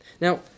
Now